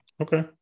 Okay